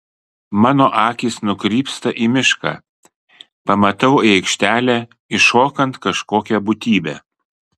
mano akys nukrypsta į mišką pamatau į aikštelę įšokant kažkokią būtybę